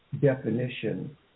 definition